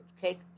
cake